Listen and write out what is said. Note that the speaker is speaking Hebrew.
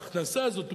ההכנסה הזאת,